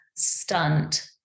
stunt